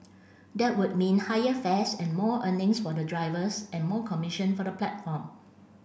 that would mean higher fares and more earnings for the drivers and more commission for the platform